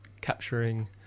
capturing